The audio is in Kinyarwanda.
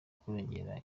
kurengera